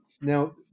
Now